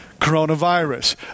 coronavirus